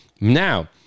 Now